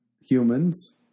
humans